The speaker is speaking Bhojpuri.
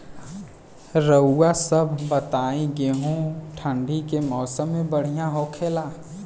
रउआ सभ बताई गेहूँ ठंडी के मौसम में बढ़ियां होखेला?